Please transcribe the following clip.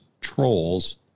trolls